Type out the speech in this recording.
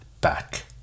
back